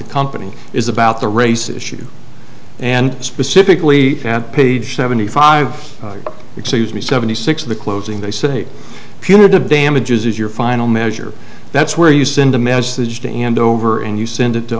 the company is about the race issue and specifically at page seventy five excuse me seventy six of the closing they say punitive damages is your final measure that's where you send a message to andover and you send it to